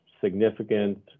significant